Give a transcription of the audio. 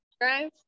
drive